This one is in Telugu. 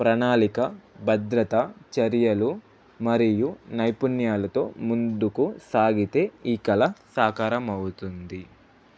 ప్రణాళిక భద్రత చర్యలు మరియు నైపుణ్యాలతో ముందుకు సాగితే ఈ కల సహకారం అవుతుంది